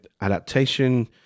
adaptation